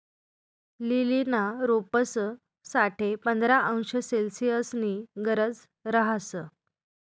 लीलीना रोपंस साठे पंधरा अंश सेल्सिअसनी गरज रहास